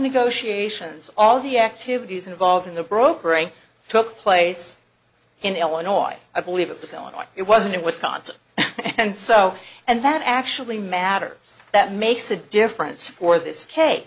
negotiations all the activities involved in the brokering took place in illinois i believe at this illinois it wasn't in wisconsin and so and that actually matters that makes a difference for this case